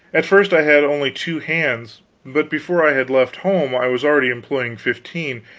at first i had only two hands but before i had left home i was already employing fifteen,